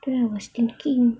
then I was thinking